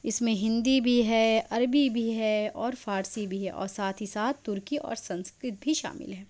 اِس میں ہندی بھی ہے عربی بھی ہے اور فارسی بھی ہے اور ساتھ ہی ساتھ ترکی اور سنسکرت بھی شامل ہے